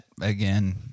again